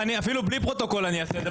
אפילו בלי פרוטוקול אני אעשה את זה.